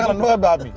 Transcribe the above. um know about me!